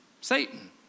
Satan